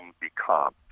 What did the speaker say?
become